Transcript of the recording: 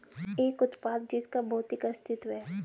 एक उत्पाद जिसका भौतिक अस्तित्व है?